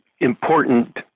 important